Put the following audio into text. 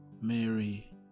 Mary